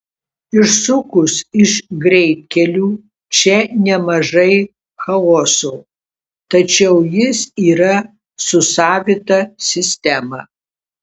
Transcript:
išsukus iš greitkelių čia nemažai chaoso tačiau jis yra su savita sistema